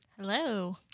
Hello